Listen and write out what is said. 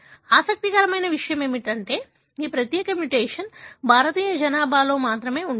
ఆసక్తికరమైన విషయం ఏమిటంటే ఈ ప్రత్యేక మ్యుటేషన్ భారతీయ జనాభాలో మాత్రమే ఉంటుంది